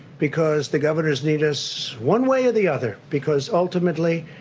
because the governors need us one way or the other, because ultimately,